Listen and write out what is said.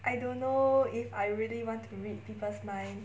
I don't know if I really want to read people's mind